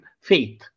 faith